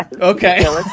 Okay